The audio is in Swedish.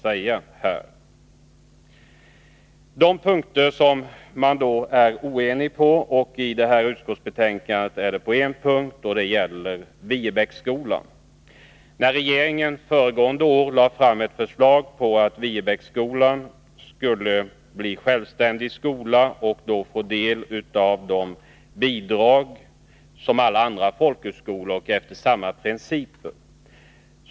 Oenighet föreligger beträffande en punkt i utskottsbetänkandet, nämligen i vad gäller Viebäcksskolan. Regeringen lade föregående år fram ett förslag om att Viebäcksskolan skulle bli självständig och få de bidrag som alla andra folkhögskolor får och enligt samma principer.